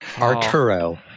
Arturo